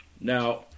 Now